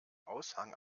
aushang